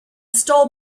stole